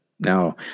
Now